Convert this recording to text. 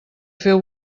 feu